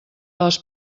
les